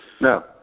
No